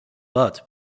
but